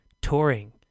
touring